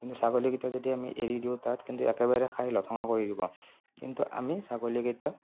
কিন্তু ছাগলীকেইটা যদি আমি এৰি দিওঁ তাত কিন্তু একেবাৰে খাই লঠঙা কৰি দিব কিন্তু আমি ছাগলীকেইটা